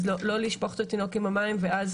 אז "לא לשפוך את התינוק עם המים" ואז